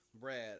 Brad